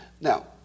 Now